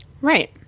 right